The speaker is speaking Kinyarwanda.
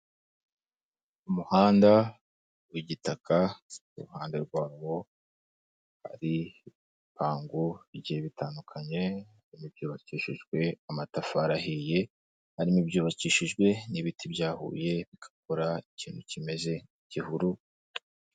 Umuhanda w'igitaka, iruhande rwawo hari ibipangu bigiye bitandukanye, harimo ibyubakishijwe amatafari ahiye, harimo ibyubakishijwe n'ibiti byahuye bigakora ikintu kimeze nk'igihuru.